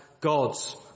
gods